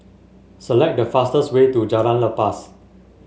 select the fastest way to Jalan Lepas